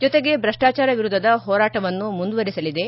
ಜೊತೆಗೆ ಭ್ರಷ್ಟಾಚಾರ ವಿರುದ್ಧದ ಹೋರಾಟವನ್ನು ಮುಂದುವರಿಸಲಿದೆ